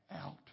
out